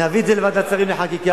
נביא את זה לוועדת שרים לחקיקה.